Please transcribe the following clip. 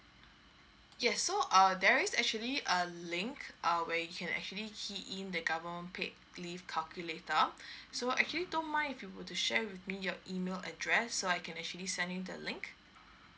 yes so err there is actually a link err where you can actually key in the government paid leave calculator so actually don't mind if you want to share with me your email address so I can actually sending the link